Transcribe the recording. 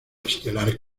estelar